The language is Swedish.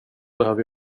behöver